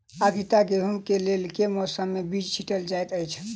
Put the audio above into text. आगिता गेंहूँ कऽ लेल केँ मौसम मे बीज छिटल जाइत अछि?